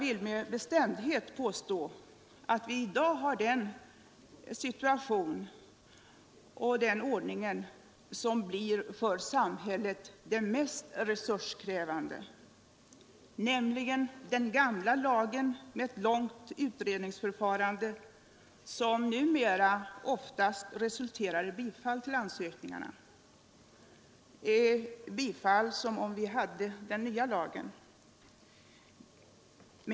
vill med bestämdhet påstå att vi i dag har en ordning som blir den för samhället mest resurskrävande. Man följer den gamla lagen med ett långt utredningsförfarande som numera oftast resulterar i ett bifall till ansökningarna — ett bifall som om vi redan hade den nya lagen.